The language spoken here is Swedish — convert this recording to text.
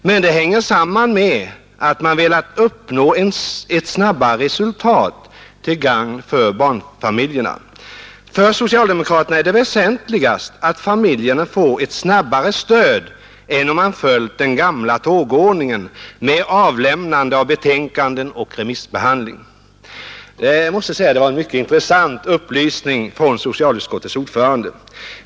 Men det hänger samman med att man velat uppnå ett snabbare resultat till gagn för barnfamiljerna.” Och vidare heter det: ”För socialdemokraterna är det väsentligast att familjerna får ett snabbare stöd än om man följt den gamla tågordningen med avlämnande av betänkande och remissbehandling.” Det var en mycket intressant upplysning från socialutskottets ordförande.